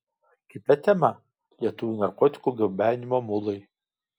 kita tema lietuvių narkotikų gabenimo mulai